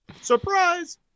Surprise